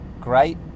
great